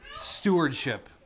stewardship